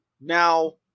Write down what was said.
Now